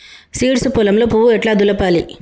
Seeds పొలంలో పువ్వు ఎట్లా దులపాలి?